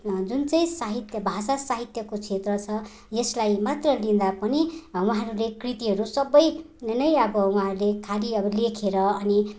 जुन चाहिँ साहित्य भाषा साहित्यको क्षेत्र छ यसलाई मात्र लिँदा पनि उहाँहरूले कृतिहरू सबैले नै अब उहाँहरूले खालि अब लेखेर अनि